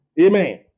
Amen